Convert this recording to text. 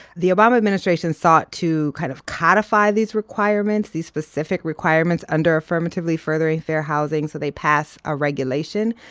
the obama administration sought to kind of codify these requirements these specific requirements under affirmatively furthering fair housing. so they passed a regulation.